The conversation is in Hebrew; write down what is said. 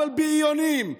אבל בריונים,